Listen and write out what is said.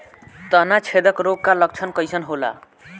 तना छेदक रोग का लक्षण कइसन होला?